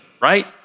right